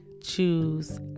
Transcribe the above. choose